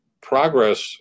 progress